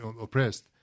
oppressed